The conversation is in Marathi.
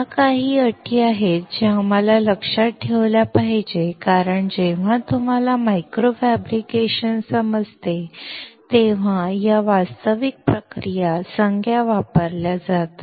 या काही अटी आहेत ज्या आम्हाला लक्षात ठेवल्या पाहिजेत कारण जेव्हा तुम्हाला मायक्रो फॅब्रिकेशन समजते तेव्हा या वास्तविक तांत्रिक संज्ञा वापरल्या जातात